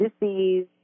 disease